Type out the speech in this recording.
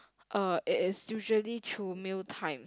uh it is usually through meal times